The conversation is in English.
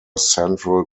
central